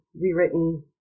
rewritten